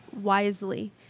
wisely